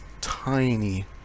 tiny